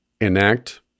enact